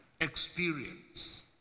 experience